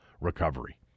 recovery